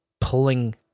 pulling